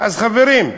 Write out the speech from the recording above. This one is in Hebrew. אז, חברים,